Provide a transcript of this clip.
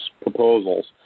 proposals